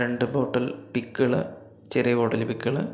രണ്ട് bottle pickle ചെറിയ bottle pickle